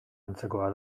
antzekoa